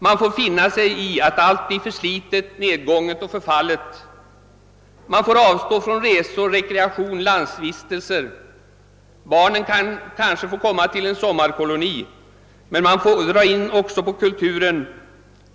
Man får finna sig i att allt blir förslitet, nedgånget och förfallet. Man får ofta avstå från resor, rekreation, landsvistelser — såvida inte förhållandena är särskilt gynnsamma med släkt på landet eller dylikt. Barnen kanske kan få komma till en sommarkoloni. Man får också dra in på kulturen.